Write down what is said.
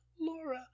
Laura